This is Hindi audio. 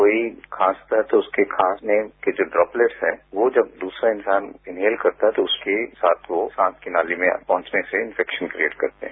कोई खांसता है तो उसके खांसने के जो ड्रोपलेट्स है वो जब दूसरा इंसान इनहेल करता है तो उसके साथ वो सांस की नली में पहुंचने से इंफेक्शन क्रिएट करता है